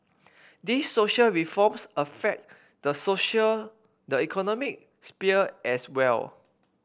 these social reforms affect the social the economic sphere as well